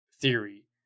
theory